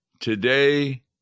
today